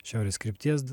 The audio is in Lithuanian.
šiaurės krypties